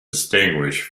distinguished